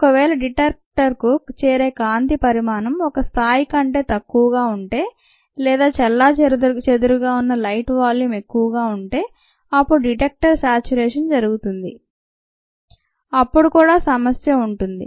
ఒకవేళ డిటెక్టర్కు చేరే కాంతి పరిమాణం ఒక స్థాయి కంటే తక్కువగా ఉంటే లేదా చెల్లాచెదురుగా ఉన్న లైట్ వాల్యూం ఎక్కువగా ఉంటే అప్పుడు డిటెక్టర్ స్యాచురేషన్ జరుగుతుంది అప్పుడు కూడా సమస్య ఉంటుంది